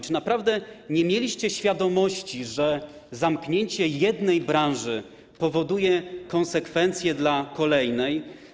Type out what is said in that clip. Czy naprawdę nie mieliście świadomości, że zamknięcie jednej branży powoduje konsekwencje dla kolejnej?